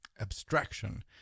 abstraction